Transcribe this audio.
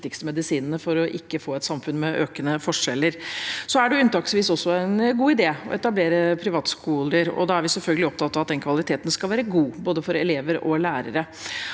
medisinene for ikke å få et samfunn med økende forskjeller. Det er unntaksvis også en god idé å etablere privatskoler, og da er vi selvfølgelig opptatt av at kvaliteten skal være god, både for elever og for lærere.